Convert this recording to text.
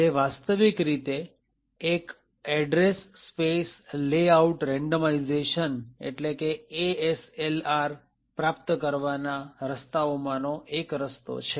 જે વાસ્તવિક રીતે એક એડ્રેસ સ્પેસ લેઆઉટ રેન્ડમાઈઝેશન પ્રાપ્ત કરવા ના રસ્તાઓમાંનો એક રસ્તો છે